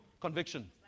conviction